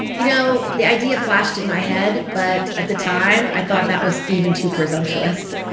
you know, the idea flashed in my head, but at the time, i thought that was even too presumptuous.